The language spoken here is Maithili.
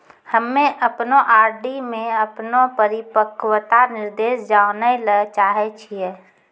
हम्मे अपनो आर.डी मे अपनो परिपक्वता निर्देश जानै ले चाहै छियै